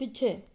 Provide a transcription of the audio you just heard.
ਪਿੱਛੇ